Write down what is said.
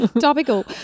topical